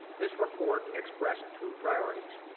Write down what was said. this report expressed two priorities.